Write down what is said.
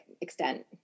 extent